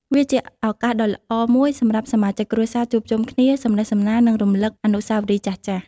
វាជាឱកាសដ៏ល្អមួយសម្រាប់សមាជិកគ្រួសារជួបជុំគ្នា សំណេះសំណាល និងរំលឹកអនុស្សាវរីយ៍ចាស់ៗ។